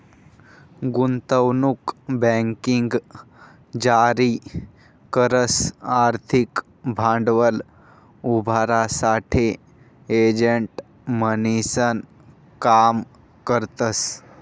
गुंतवणूक बँकिंग जारी करस आर्थिक भांडवल उभारासाठे एजंट म्हणीसन काम करतस